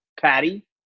patty